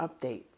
update